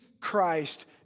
Christ